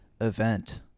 event